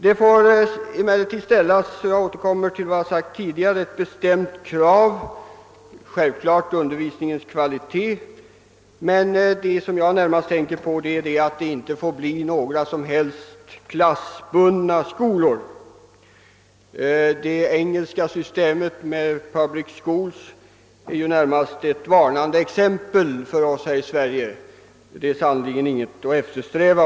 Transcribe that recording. Jag vill emellertid återkomma till vad jag tidigare framhållit och säga att det — förutom att krav självfallet måste ställas på undervisningens kvalitet — måste tillses att internatskolorna inte på något sätt blir klassbundna. Det engelska systemet med public schools är ju närmast ett varnande exempel för oss här i Sverige och är sannerligen inget att eftersträva.